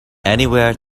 anywhere